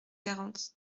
quarante